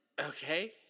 Okay